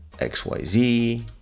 xyz